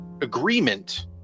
agreement